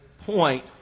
point